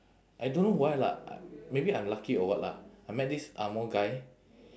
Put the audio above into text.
I don't know why lah maybe I'm lucky or what lah I met this angmoh guy